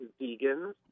vegans